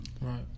Right